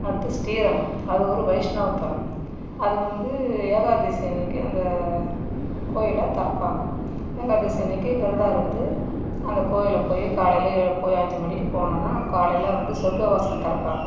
அடுத்து ஸ்ரீரங்கம் அது ஒரு வைஷ்ணவ தலம் அது வந்து ஏகாதசி அன்றைக்கு அந்த கோயிலை திறப்பாங்க ஏகாதசி அன்றைக்கு விரதம் இருந்து அந்த கோயிலை போய் காலையில் ஏ போய் அஞ்சு மணிக்கு போனோன்னால் காலையில் வந்து சொர்க்கவாசல் திறப்பாங்க